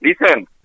listen